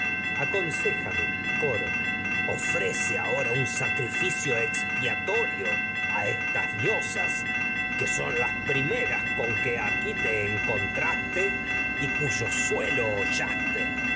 cuanto coro ofrece sacrificio expiatorio a estas diosas te que son las primeras con que aquí te encontras y cuyo suelo hollaste edipo de